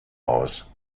aus